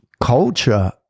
culture